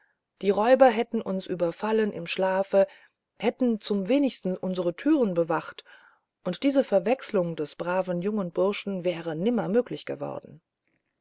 die räuber hätten uns überfallen im schlafe hätten zum wenigsten unsere türe bewacht und diese verwechslung des braven jungen burschen wäre nimmer möglich geworden